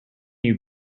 you